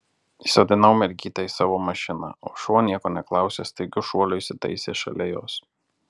įsodinau mergytę į savo mašiną o šuo nieko neklausęs staigiu šuoliu įsitaisė šalia jos